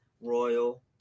Royal